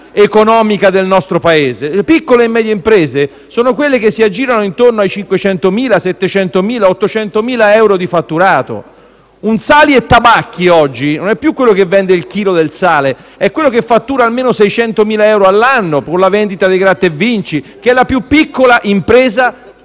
economica del nostro Paese. Le piccole e medie imprese sono quelle il cui fatturato si aggira intorno ai 500.000, 700.000 o 800.000 euro. Un esercizio "Sali e Tabacchi" oggi non è più quello che vende il chilo di sale, ma è quello che fattura almeno 600.000 euro all'anno per la vendita dei Gratta e Vinci: è la più piccola impresa